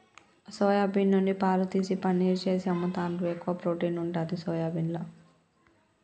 soya bean నుండి పాలు తీసి పనీర్ చేసి అమ్ముతాండ్రు, ఎక్కువ ప్రోటీన్ ఉంటది సోయాబీన్ల